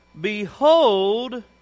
Behold